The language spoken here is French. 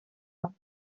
ans